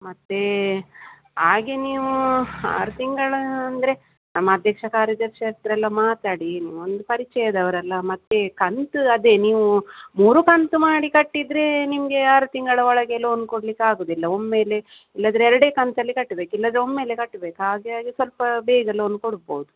ಮತ್ತು ಹಾಗೆ ನೀವು ಆರು ತಿಂಗಳಂದರೆ ನಮ್ಮ ಅಧ್ಯಕ್ಷ ಕಾರ್ಯದರ್ಶಿ ಹತ್ರ ಎಲ್ಲ ಮಾತಾಡಿ ನೀವು ಒಂದು ಪರಿಚಯದವರಲ್ಲ ಮತ್ತು ಕಂತು ಅದೇ ನೀವು ಮೂರು ಕಂತು ಮಾಡಿ ಕಟ್ಟಿದರೆ ನಿಮಗೆ ಆರು ತಿಂಗಳ ಒಳಗೆ ಲೋನ್ ಕೊಡಲಿಕಾಗುದಿಲ್ಲ ಒಮ್ಮೆಲೆ ಇಲ್ಲಾದರೆ ಎರಡೇ ಕಂತಲ್ಲಿ ಕಟ್ಬೇಕು ಇಲ್ಲಾದರೆ ಒಮ್ಮೆಲೆ ಕಟ್ಬೇಕು ಹಾಗೆ ಹಾಗೆ ಸ್ವಲ್ಪ ಬೇಗ ಲೋನ್ ಕೊಡ್ಬೋದು